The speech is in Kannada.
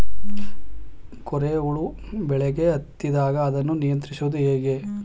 ಕೋರೆ ಹುಳು ಬೆಳೆಗೆ ಹತ್ತಿದಾಗ ಅದನ್ನು ನಿಯಂತ್ರಿಸುವುದು ಹೇಗೆ?